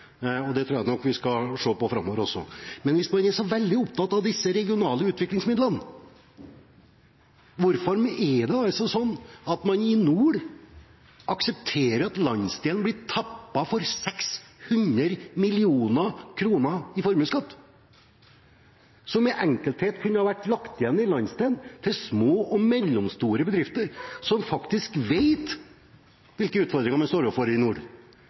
og det tror jeg nok vi skal se på framover også. Og hvis man er så veldig opptatt av disse regionale utviklingsmidlene, hvorfor er det da sånn at man i nord aksepterer at landsdelen blir tappet for 600 mill. kr i formuesskatt, som i enkelhet kunne ha vært lagt igjen i landsdelen til små og mellomstore bedrifter som faktisk vet hvilke utfordringer vi står overfor i nord,